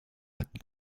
halten